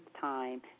time